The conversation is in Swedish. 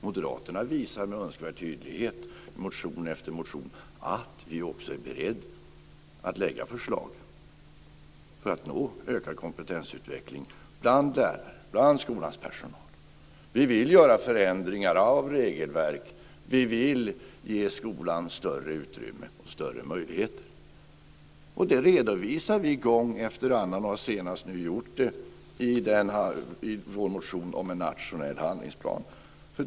Moderaterna visar med önskvärd tydlighet i motion efter motion att vi också är beredda att lägga fram förslag för att nå ökad kompetensutveckling bland lärare, bland skolans personal. Vi vill göra förändringar av regelverk. Vi vill ge skolan större utrymme och större möjligheter. Och det redovisar vi gång efter annan. Vi har senast gjort det i vår motion om en nationell handlingsplan.